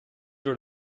door